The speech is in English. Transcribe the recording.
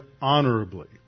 honorably